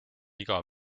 iga